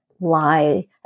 lie